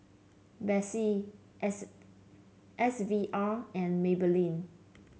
Betsy S S V R and Maybelline